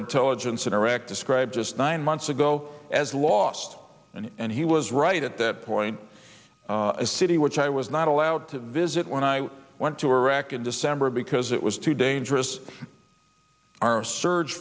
intelligence in iraq described just nine months ago as last and and he was right at that point a city which i was not allowed to visit when i went to iraq in december because it was too dangerous our surge